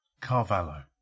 Carvalho